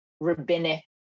rabbinic